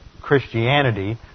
Christianity